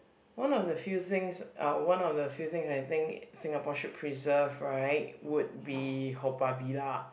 one of the few things uh one of the few things I think Singapore should preserve right would be Haw-Par-Villa